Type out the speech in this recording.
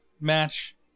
match